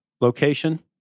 location